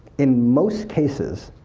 in most cases,